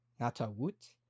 Natawut